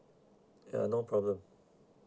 ya no problem